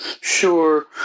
Sure